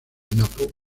napo